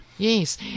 Yes